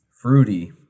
Fruity